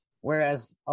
whereas